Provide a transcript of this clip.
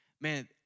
man